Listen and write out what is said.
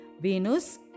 Venus